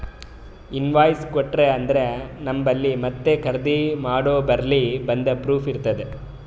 invoice ಕೊಟ್ಟೂರು ಅಂದ್ರ ನಂಬಲ್ಲಿ ಮತ್ತ ಖರ್ದಿ ಮಾಡೋರ್ಬಲ್ಲಿ ಒಂದ್ ಪ್ರೂಫ್ ಇರ್ತುದ್